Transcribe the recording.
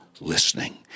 listening